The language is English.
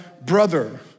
brother